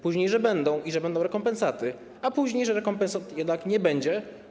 Później, że będą i że będą rekompensaty, a później, że rekompensat jednak nie będzie.